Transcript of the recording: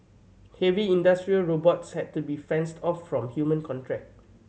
heavy industrial robots had to be fenced off from human contract